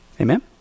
Amen